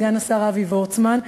סגן השר אבי וורצמן,